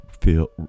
feel